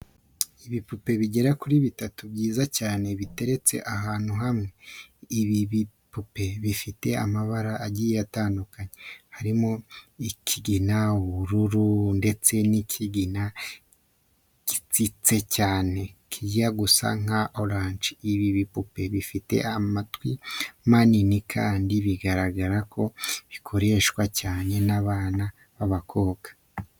Ibipupe bigera kuri bitatu byiza cyane biteretse ahantu hamwe. Ibi bipupe bifite amabara agiye atandukanye harimo ikigina, ubururu, ndetse n'ikigina gitsitse cyane kijya gusa nka oranje. Ibi bipupe bifite amatwi manini kandi biragaragara ko bikoreshwa cyane n'abana b'abakobwa.